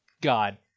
God